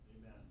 Amen